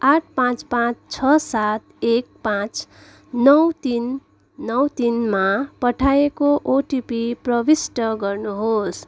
आठ पाँच पाँच छ सात एक पाँच नौ तिन नौ तिनमा पठाएको ओटिपी प्रविष्ट गर्नुहोस्